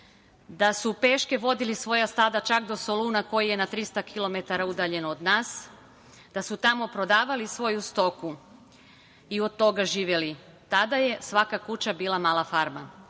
da su peške vodili svoja stada čak do Soluna koji je na 300 kilometara udaljen od nas, da su tamo prodavali svoju stoku i od toga živeli. Tada je svaka kuća bila mala farma.